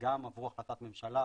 שגם עבור החלטת הממשלה,